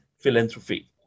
philanthropy